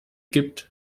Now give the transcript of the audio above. gibt